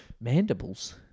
Mandibles